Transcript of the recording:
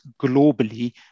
globally